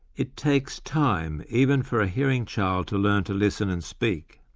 it takes time even for a hearing child to learn to listen and speak.